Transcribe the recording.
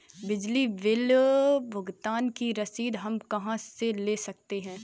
बिजली बिल भुगतान की रसीद हम कहां से ले सकते हैं?